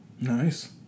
Nice